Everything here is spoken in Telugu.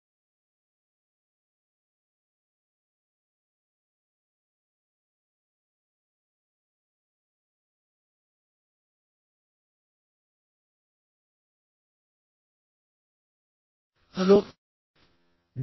హలో